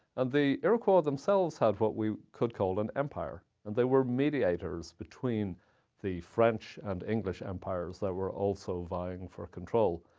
and the iroquois themselves had what we could call an empire, and they were mediators between the french and english empires that were also vying for control.